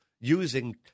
using